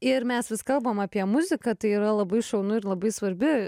ir mes vis kalbam apie muziką tai yra labai šaunu ir labai svarbi